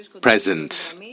present